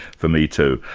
for me, too.